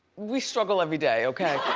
we struggle every day, okay.